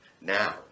now